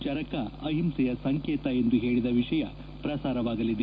ಚರಕ ಅಹಿಂಸೆಯ ಸಂಕೇತ ಎಂದು ಹೇಳಿದ ವಿಷಯ ಪ್ರಸಾರವಾಗಲಿದೆ